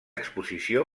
exposició